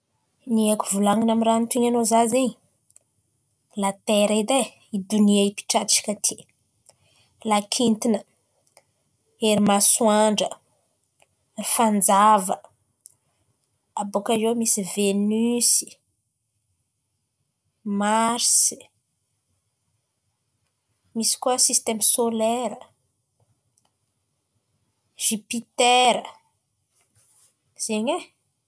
Ny haiko volan̈ina amin'ny raha anontanianao zah zen̈y! Latera edy e, donia ipitrahantsika ity. Lakintana, ery masoandra, fanjava, abôkà eo misy venosy, marsy, misy koà sisteme solera, zipitera, zen̈y e.